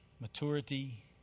maturity